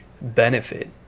benefit